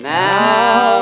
now